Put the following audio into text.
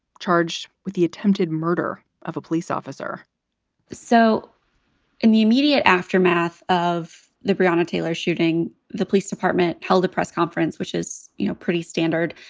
charged with the attempted murder of a police officer so in the immediate aftermath of the briona taylor shooting, the police department held a press conference, which is, you know, pretty standard,